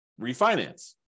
refinance